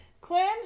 Quinn